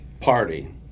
party